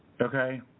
okay